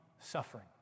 suffering